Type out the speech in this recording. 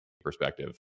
perspective